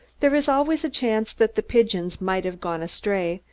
there is always a chance that the pigeons might have gone astray,